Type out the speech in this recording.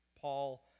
Paul